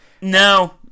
No